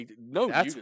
no